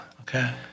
Okay